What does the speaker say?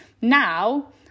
Now